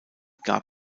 gab